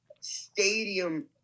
stadium